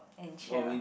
and cheer